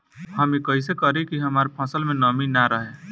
हम ई कइसे करी की हमार फसल में नमी ना रहे?